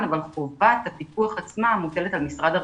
אנחנו מקבלים דיווח על האירוע